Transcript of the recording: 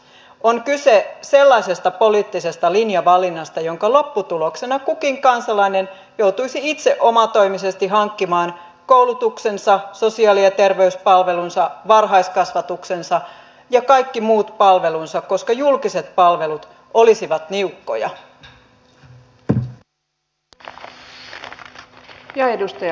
on kyse sellaisesta poliittisesta linjavalinnasta jonka lopputuloksena kukin kansalainen joutuisi itse omatoimisesti hankkimaan koulutuksensa sosiaali ja terveyspalvelunsa varhaiskasvatuksensa ja kaikki muut palvelunsa koska julkiset palvelut olisivat niukkoja